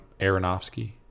Aronofsky